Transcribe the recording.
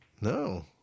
No